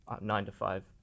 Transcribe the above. nine-to-five